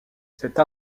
cette